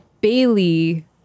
Bailey